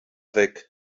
weg